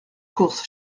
course